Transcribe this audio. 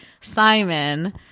Simon